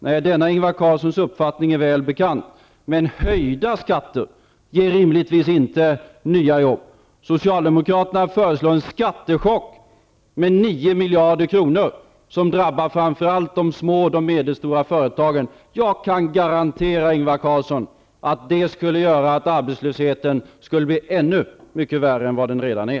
Nej denna Ingvar Carlssons uppfattning är väl bekant, men höjda skatter ger rimligtvis inte nya jobb. Socialdemokraterna föreslår en skattechock med 9 miljarder kronor, som drabbar framför allt de små och medelstora företagen. Jag kan garantera Ingvar Carlsson att det skulle göra att arbetslösheten skulle bli ännu mycket högre än vad den redan är.